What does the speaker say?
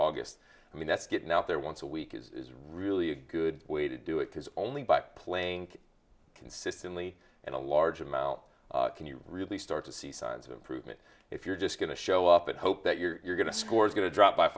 august i mean that's getting out there once a week is really a good way to do it because only by playing consistently and a large amount can you really start to see signs of improvement if you're just going to show up and hope that you're going to score is going to drop by